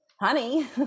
honey